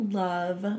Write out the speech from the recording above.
love